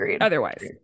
otherwise